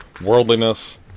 Worldliness